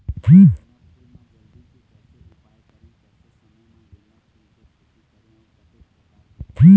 गेंदा फूल मा जल्दी के कैसे उपाय करें कैसे समय मा गेंदा फूल के खेती करें अउ कतेक प्रकार होथे?